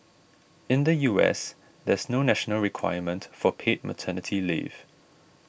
in the U S there's no national requirement for paid maternity leave